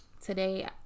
today